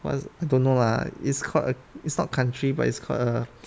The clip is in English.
what I don't know lah it's called it's not country but it's called a